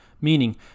Meaning